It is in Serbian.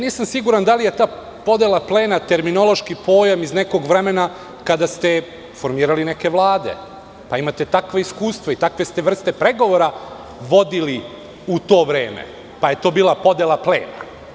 Nisam siguran da li je ta podela plena terminološki pojam iz nekog vremena kada ste formirali neke vlade, pa imate takvo iskustvo i takve ste vrste pregovora vodili u to vreme, pa je to bila podela plena.